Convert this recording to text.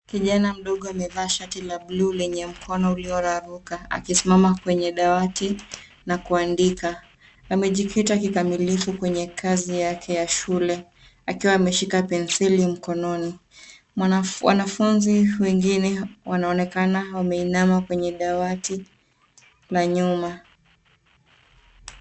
Kijana mdogo amevaa shati la buluu lenye mkono ulioraruka akisimama kwenye dawati na kuandika, amejikita kikamilifu kwenye kazi yake ya shule, akiwa ameshika penseli mkononi. Wanafunzi wengine wanaonekana wameinama kwenye dawati na nyuma.